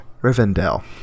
rivendell